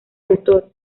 autor